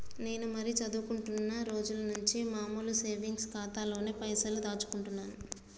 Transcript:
నేను మరీ చదువుకుంటున్నా రోజుల నుంచి మామూలు సేవింగ్స్ ఖాతాలోనే పైసలు దాచుకుంటున్నాను